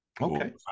okay